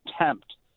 attempt